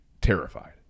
terrified